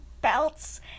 belts